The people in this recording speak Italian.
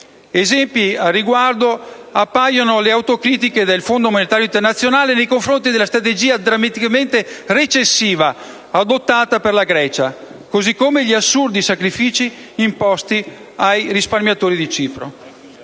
Esempi a riguardo appaiono le autocritiche del Fondo monetario internazionale nei confronti della strategia drammaticamente recessiva adottata per la Grecia, così come gli assurdi sacrifici imposti ai risparmiatori di Cipro.